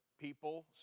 people